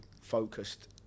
focused